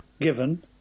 given